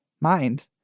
mind